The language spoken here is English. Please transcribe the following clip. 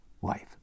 wife